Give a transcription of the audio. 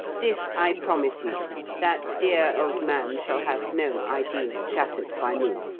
this i promise you that dear old man shall have no ideal shattered by me.